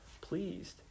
pleased